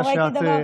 לא ראיתי דבר כזה.